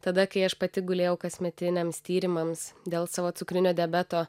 tada kai aš pati gulėjau kasmetiniams tyrimams dėl savo cukrinio diabeto